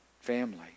family